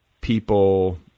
people